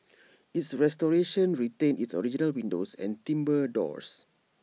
its restoration retained its original windows and timbre doors